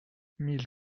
mille